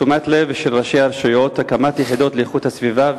תשומת לב של ראשי רשויות והקמת יחידות לאיכות הסביבה,